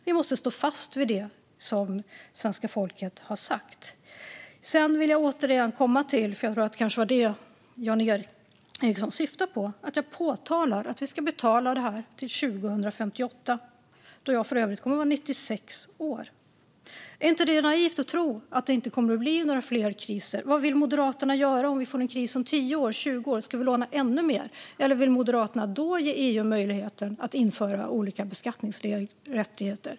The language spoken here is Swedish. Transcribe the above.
Vi måste stå fast vid det som svenska folket har sagt. Sedan vill jag återigen komma till - för jag tror att det är det som Jan Ericson syftar på - att jag säger att detta ska betalas till 2058, då jag för övrigt kommer att vara 96 år. Är det inte naivt att tro att det inte kommer att bli några fler kriser? Vad vill Moderaterna göra om vi får en kris om 10 år eller 20 år? Ska vi låna ännu mer, eller vill Moderaterna då ge EU möjligheten att införa olika beskattningsrättigheter?